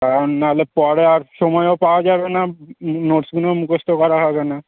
কারণ নাহলে পরে আর সময়ও পাওয়া যাবে না নোটসগুনোও মুখস্থ করা হবে না